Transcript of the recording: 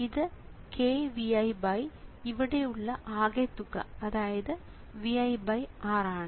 ഇത് kViഇവയുടെ ആകെത്തുക അതായത് ViR ആണ്